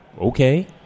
okay